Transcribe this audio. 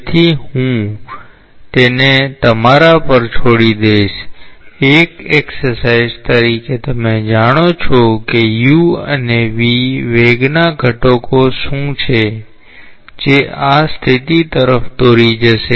તેથી હું તેને તમારા પર છોડી દઈશ એક એક્સરસાઇઝ તરીકે તમે જાણો છો કે u અને v વેગના ઘટકો શું છે જે આ સ્થિતિ તરફ દોરી જશે